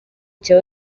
cya